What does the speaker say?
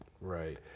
Right